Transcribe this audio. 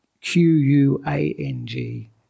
Q-U-A-N-G